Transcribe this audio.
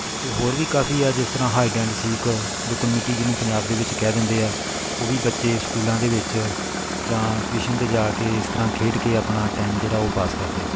ਅਤੇ ਹੋਰ ਵੀ ਕਾਫੀ ਆ ਜਿਸ ਤਰ੍ਹਾਂ ਹਾਈਡ ਐਂਡ ਸੀਕ ਲੁਕਣ ਮੀਟੀ ਜਿਹਨੂੰ ਪੰਜਾਬ ਦੇ ਵਿੱਚ ਕਹਿ ਦਿੰਦੇ ਆ ਉਹ ਵੀ ਬੱਚੇ ਸਕੂਲਾਂ ਦੇ ਵਿੱਚ ਜਾਂ ਟਿਊਸ਼ਨ 'ਤੇ ਜਾ ਕੇ ਇਸ ਤਰ੍ਹਾਂ ਖੇਡ ਕੇ ਆਪਣਾ ਟਾਈਮ ਜਿਹੜਾ ਉਹ ਪਾਸ ਕਰਦੇ ਆ